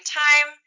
time